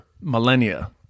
millennia